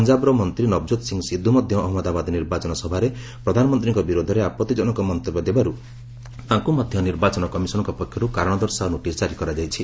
ସେହିଭଳି ପଞ୍ଜାବର ମନ୍ତ୍ରୀ ନବଜ୍ୟୋତ ସିଂ ସିଦ୍ଧୁ ମଧ୍ୟ ଅହଞ୍ଚନଦାବାଦ ନିର୍ବାଚନ ସଭାରେ ପ୍ରଧାନମନ୍ତ୍ରୀଙ୍କ ବିରୋଧରେ ଆପଭିଜନକ ମନ୍ତବ୍ୟ ଦେବାରୁ ତାଙ୍କୁ ମଧ୍ୟ ନିର୍ବାଚନ କମିଶନଙ୍କ ପକ୍ଷରୁ କାରଣ ଦର୍ଶାଅ ନୋଟିସ୍ ଜାରି କରାଯାଇଛି